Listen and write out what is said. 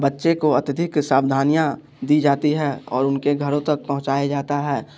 बच्चे को अत्यधिक सावधानियाँ दी जाती हैं और उनके घरों तक पहुँचाया जाता है